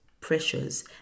pressures